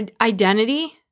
identity